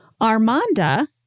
Armanda